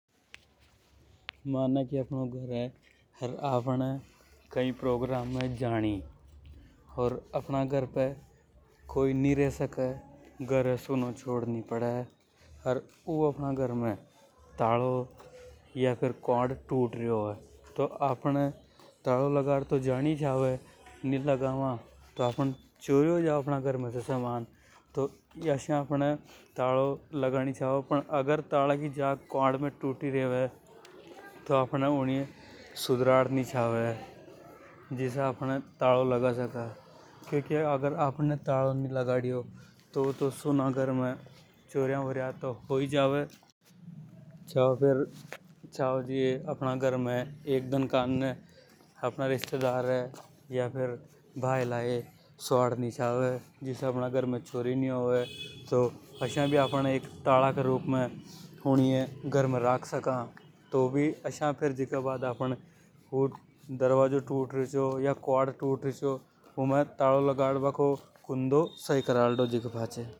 मानाकी अपनों घर हे अर आफ़न कई कई प्रोग्राम में जानी। अर आफ़न घर पे कोई नि र सके घर ये सुनो नि मेल सका। अर ऊ भर में क्वाड टूट रियो होवे तो आफ़न तलों लांगर तो जानी छाव। नि लगाव तो घर से समान चोरी हो जावे। ऊनिय सुधरा नि छावै जिसे आफ़न तलों लगा सका। क्योंकि अगर आफ़न तालों नि लगायो तो सुना घर ने चोरियां तो हो ही जावे। छाव फेर दान कारण अपहाने रिश्तेदार ये या फेर छाव जी भायला ये स्वाड नि चावे। घर में राख सका और जीके बाद, क्वाड को कुंडों सुधरा लो।